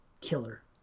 killer